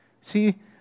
See